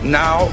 now